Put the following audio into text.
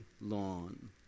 lawn